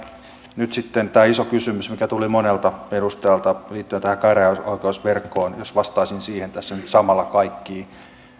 sitten tämä iso kysymys mikä tuli monelta edustajalta liittyen tähän käräjäoikeusverkkoon jos vastaisin tässä nyt samalla kaikkiin